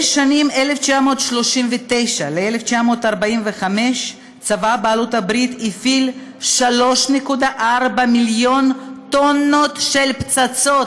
בשנים 1939 עד 1945 צבא בעלות הברית הפעיל 3.4 מיליון טונות של פצצות,